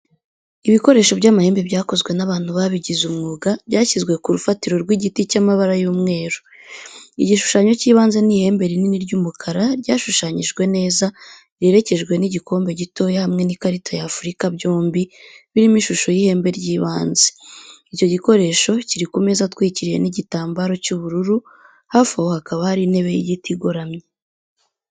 Ibikoresho by'amahembe byakozwe n'abantu babigize umwuga byashyizwe ku rufatiro rw'igiti cy'amabara y'umweru. Igishushanyo cy'ibanze ni ihembe rinini ry'umukara ryashushanyijwe neza, riherekejwe n'igikombe gitoya hamwe n'ikarita ya Afurika byombi birimo ishusho y'ihembe ry'ibanze. Icyo gikoresho meza atwikiriwe n'igitambaro cy'ubururu, hafi aho hakaba hari intebe y'igiti igoramye.